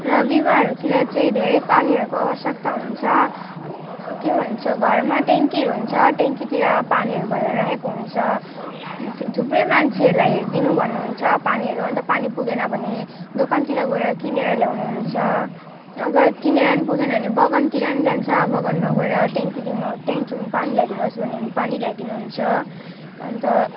र विवाहहरूतिर चाहिँ धेरै पानीहरूको आवश्यकता हुन्छ के भन्छ घरमा ट्याङ्कीहरू हुन्छ ट्याङ्कीतिर पानीहरू भरेर राखेको हुन्छ थु थुप्रै मान्छेहरूलाई दिनु भन्नुहुन्छ पानीहरू अनि त पानी पुगेन भने दोकानतिर गएर किनेर ल्याउनुहुन्छ अगर किनेर नि पुगेन भने बगानतिर नि जान्छ बगानमा गएर ट्याङ्की दिनुहो ट्याङ्कीमा पानी ल्याइदिनुहोस् भन्ने भने पानी ल्याइदिनुहुन्छ अनि त